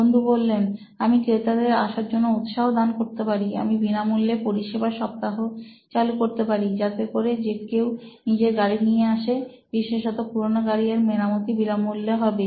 বন্ধু বললেন আমি ক্রেতাদের আসার জন্য উৎসাহ দান করতে পারি আমি বিনামূল্যে পরিষেবা সপ্তাহ চালু করতে পারি যাতে করে যে কেউ নিজের গাড়ি নিয়ে আসে বিশেষত পুরনো গাড়ি এর মেরামতি বিনামূল্যে হবে